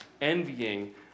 envying